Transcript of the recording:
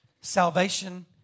Salvation